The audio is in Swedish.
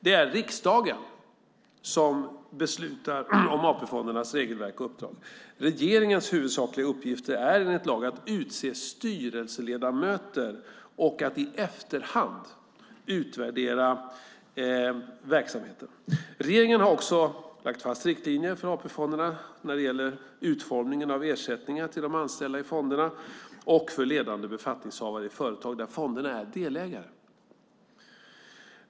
Det är riksdagen som beslutar om AP-fondernas regelverk och uppdrag. Regeringens huvudsakliga uppgifter är enligt lag att utse styrelseledamöter och att i efterhand utvärdera verksamheten. Regeringen har också lagt fast riktlinjer för AP-fonderna när det gäller utformningen av ersättningar till anställda i fonderna och för ledande befattningshavare i företag där fonderna är delägare.